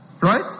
Right